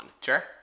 Sure